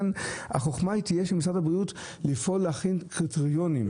החוכמה תהיה של משרד הבריאות לפעול לקבוע קריטריונים,